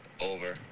over